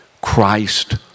Christ